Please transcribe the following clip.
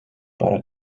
para